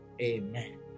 amen